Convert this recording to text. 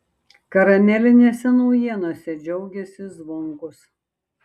karamelinėse naujienose džiaugėsi zvonkus